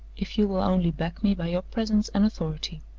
if you will only back me by your presence and authority.